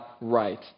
right